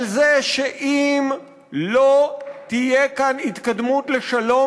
על זה שאם לא תהיה כאן התקדמות לשלום,